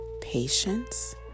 patience